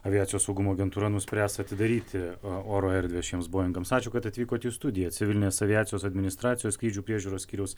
aviacijos saugumo agentūra nuspręs atidaryti oro erdvę šiems boingams ačiū kad atvykot į studiją civilinės aviacijos administracijos skrydžių priežiūros skyriaus